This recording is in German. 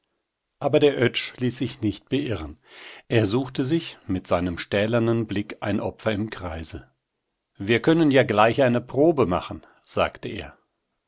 aber der oetsch lieh sich nicht beirren er suchte sich mit seinem stählernen blick ein opfer im kreise wir können ja gleich eine probe machen sagte er